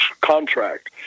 contract